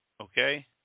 Okay